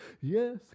Yes